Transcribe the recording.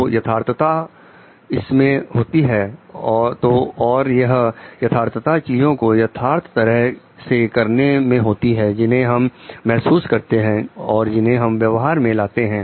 तो यथार्थ था इसमें होती है तो और यह यथार्थता चीजों को यथार्थ तरह से करने में होती है जिन्हें हम महसूस करते हैं और जिन्हें हम व्यवहार में लाते हैं